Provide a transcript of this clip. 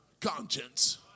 conscience